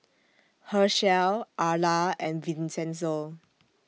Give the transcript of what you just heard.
Hershell Arla and Vincenzo